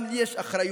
גם לי יש אחריות.